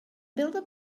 builder